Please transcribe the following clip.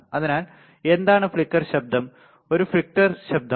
അതിനാൽ എന്താണ് ഫ്ലിക്കർ ശബ്ദം ഒരു ഫ്ലിക്കർ ശബ്ദമാണ്